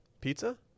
Pizza